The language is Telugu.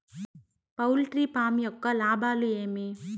పౌల్ట్రీ ఫామ్ యొక్క లాభాలు ఏమి